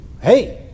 hey